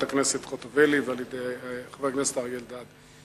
הכנסת חוטובלי ועל-ידי חבר הכנסת אריה אלדד.